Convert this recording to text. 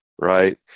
right